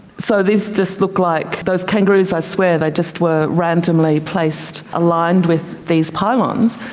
so these just look like, those kangaroos, i swear they just were randomly placed, aligned with these pylons.